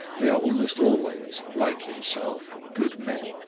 they are almost always, like himself, good men.